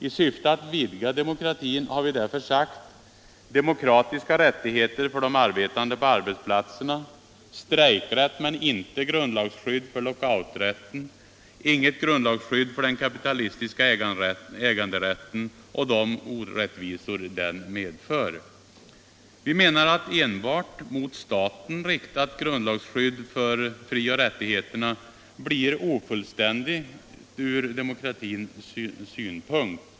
I syfte att vidga demokratin har vi därför krävt demokratiska rättigheter för de arbetande på arbetsplatserna, strejkrätt men inte grundlagsskydd för lockouträtt, inget grundlagsskydd för den kapitalistiska äganderätten och de orättvisor som den medför. Vi menar att enbart mot staten riktat grundlagsskydd för frioch rättigheter blir ofullständigt ur demokratisk synvinkel.